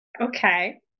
Okay